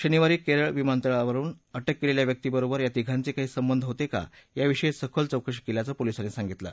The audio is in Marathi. शनिवारी करिक्रि विमानतळावरुन अटक क्लिखा व्यक्तीबरोबर या तीघांचक्रिाही संबंध होतक्रा याविषयी सखोल चौकशी कल्पाचं पोलीसांनी सांगितलं